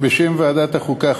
בשם ועדת החוקה,